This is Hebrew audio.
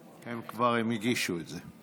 הם כבר הגישו את זה.